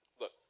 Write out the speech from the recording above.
look